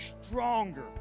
stronger